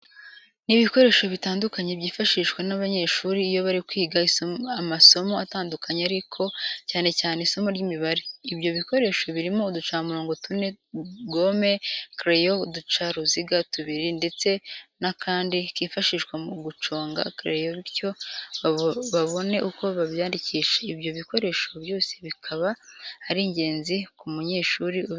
Ni ibikoresho bitandukanye byifashishwa n'abanyeshuri iyo bari kwiga amasomo atandukanye ariko cyane cyane isimo ry'Imibare. ibyo bikoresho birimo uducamirongo tune, gome, kereyo, uducaruziga tubiri ndetse n'akandi kifashishwa mu guconga kereyo bityo babone uko bayandikisha. Ibyo bikoresho byose bikaba ari ingenzi ku munyeshuri ubikoresha.